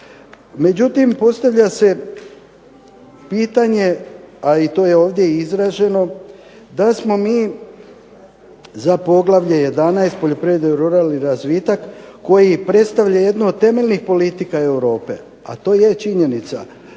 Međutim, postavlja se pitanje a i to je ovdje i izraženo, da smo mi za poglavlje 11. – Poljoprivreda i ruralni razvitak koji predstavlja jednu od temeljnih politika Europe, a to je činjenica. Poljoprivreda